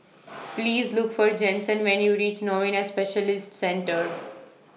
Please Look For Jensen when YOU REACH Novena Specialist Centre